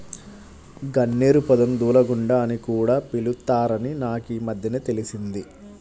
గన్నేరు పొదను దూలగుండా అని కూడా పిలుత్తారని నాకీమద్దెనే తెలిసింది